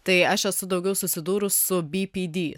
tai aš esu daugiau susidūrus su bi pi di